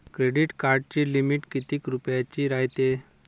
Credit कार्डाची limit कितीक रुपयाची रायते?